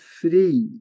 three